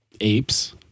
apes